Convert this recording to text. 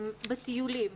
טיולים.